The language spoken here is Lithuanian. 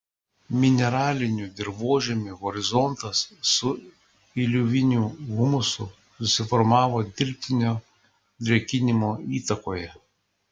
mineralinių dirvožemių horizontas su iliuviniu humusu susiformavo dirbtinio drėkinimo įtakoje